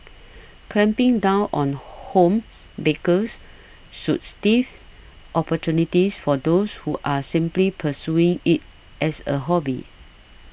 clamping down on home bakers should stifle opportunities for those who are simply pursuing it as a hobby